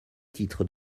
titres